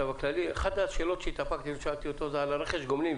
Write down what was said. אחת השאלות שהתאפקתי ולא שאלתי אותו זה על הרכש גומלין,